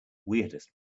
weirdest